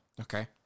Okay